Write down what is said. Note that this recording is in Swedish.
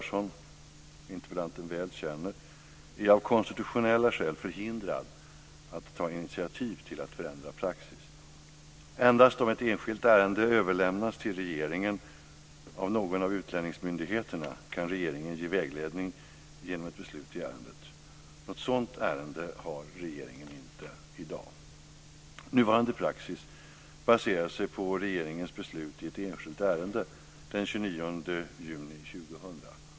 Som interpellanten väl känner till är jag av konstitutionella skäl förhindrad att ta initiativ till att förändra praxis. Endast om ett enskilt ärende överlämnas till regeringen av någon av utlänningsmyndigheterna kan regeringen ge vägledning genom ett beslut i ärendet. Något sådant ärende har regeringen inte i dag. Nuvarande praxis baserar sig på regeringens beslut i ett enskilt ärende den 29 juni 2000.